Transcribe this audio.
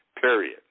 period